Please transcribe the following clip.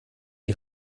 die